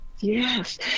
Yes